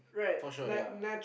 touch wood ya